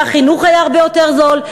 והחינוך היה הרבה יותר זול,